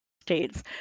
States